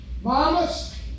Mamas